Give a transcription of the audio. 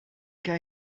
que